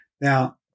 Now